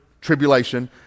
tribulation